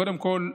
קודם כול,